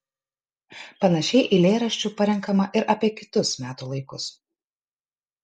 panašiai eilėraščių parenkama ir apie kitus metų laikus